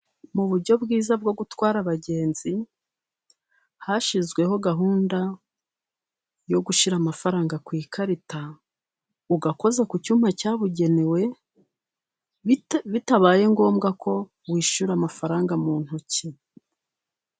Mu buryo bwiza bwo gutwara abagenzi, hashyizweho gahunda yo gushyira amafaranga ku ikarita ugakoza ku cyumba cyabugenewe, bitabaye ngombwa ko wishyura amafaranga mu ntoki.